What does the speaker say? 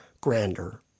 grander